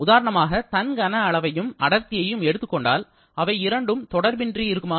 உதாரணமாக தன் கன அளவையும் அடர்த்தியையும் எடுத்துக்கொண்டால் அவை இரண்டும் தொடர்பின்றி இருக்குமா